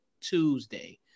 Tuesday